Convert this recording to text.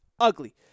ugly